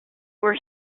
where